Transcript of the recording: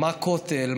מה כותל,